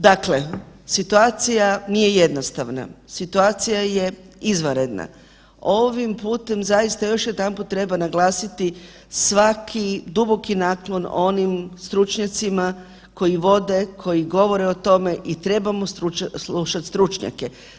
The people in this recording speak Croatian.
Dakle situacija nije jednostavna, situacija je izvanredna, ovim putem zaista još jedanput treba naglasiti svaki duboki naklon onim stručnjacima koji vode, koji govore o tome i trebamo slušati stručnjake.